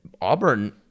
Auburn